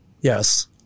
Yes